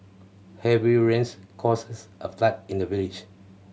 heavy rains causes a flood in the village